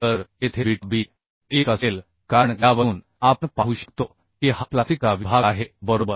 तर येथे beta B 1 असेल कारण यावरून आपण पाहू शकतो की हा प्लास्टिकचा विभाग आहे बरोबर